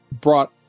brought